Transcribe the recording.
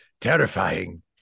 Terrifying